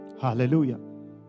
Hallelujah